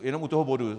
Jenom u toho bodu.